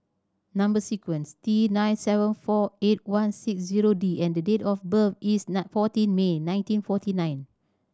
number sequence T nine seven four eight one six zero D and the date of birth is fourteen May nineteen forty nine